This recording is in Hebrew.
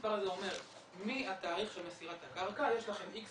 שהמספר הזה אומר מהתאריך של מסירת הקרקע יש לכם איקס